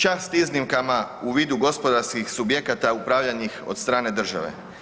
Čast iznimkama u vidu gospodarskih subjekata upravljanih od strane države.